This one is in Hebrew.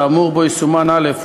האמור בו יסומן "(א)",